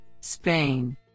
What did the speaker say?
Spain